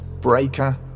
Breaker